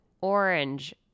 orange